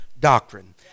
doctrine